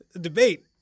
debate